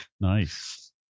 Nice